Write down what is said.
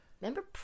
Remember